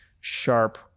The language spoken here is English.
sharp